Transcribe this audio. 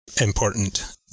important